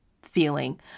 feeling